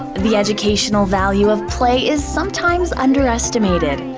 the educational value of play is sometimes underestimated.